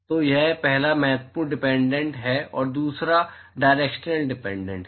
तो यह पहला महत्वपूर्ण डिपेंडेंट है और दूसरा डायरेक्शनल डिपेंडेंस है